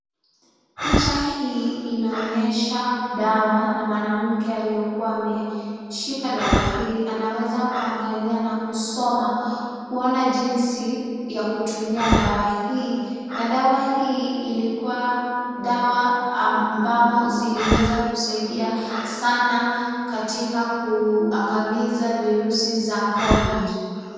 Picha hii inaonyesha dawa na mwanamke aliyekuwa ameshika dawa hili anaweza kuangalia na kusoma, kuona jinsi ya kutumia dawa hii, na dawa hii ilikuwa dawa ambamo ziliweza kusaidia sana katika kuangamiza virusi za covid .